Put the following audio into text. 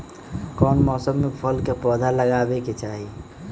कौन मौसम में फल के पौधा लगाबे के चाहि?